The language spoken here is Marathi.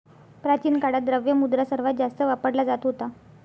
प्राचीन काळात, द्रव्य मुद्रा सर्वात जास्त वापरला जात होता